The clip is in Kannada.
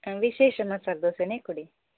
ವಿಶೇಷ ಮಸಾಲೆ ದೋಸೆನೇ ಕೊಡಿ